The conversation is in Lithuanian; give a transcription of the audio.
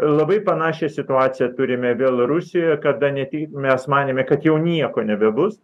labai panašią situaciją turime vėl rusijoje kada ne tik mes manėme kad jau nieko nebebus